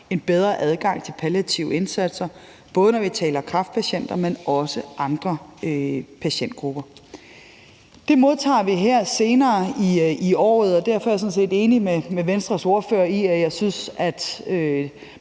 en bedre adgang til palliative indsatser, både når vi taler kræftpatienter, men også når vi taler andre patientgrupper. Det modtager vi her senere på året, og derfor er jeg sådan set enig med Venstres ordfører i, at man